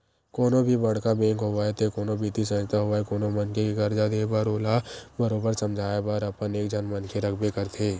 कोनो भी बड़का बेंक होवय ते कोनो बित्तीय संस्था होवय कोनो मनखे के करजा देय बर ओला बरोबर समझाए बर अपन एक झन मनखे रखबे करथे